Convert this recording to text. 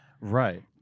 Right